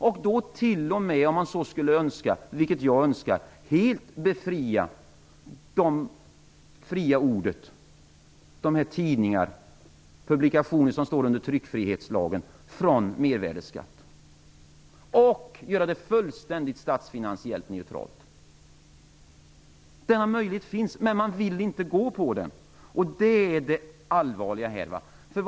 Om man så skulle önska, och det gör jag, skulle det t.o.m. gå att befria det fria ordet - de tidningar/publikationer som lyder under tryckfrihetslagen - från mervärdesskatt och göra det hela statsfinansiellt fullständigt neutralt. Den möjligheten finns, men man vill inte gå den vägen. Det är det allvarliga här.